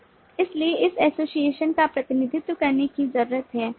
इसलिए इस एसोसिएशन का प्रतिनिधित्व करने की जरूरत है